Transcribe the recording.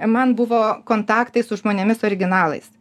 man buvo kontaktai su žmonėmis originalais